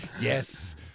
Yes